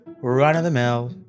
run-of-the-mill